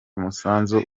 musanzu